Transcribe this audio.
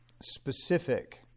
specific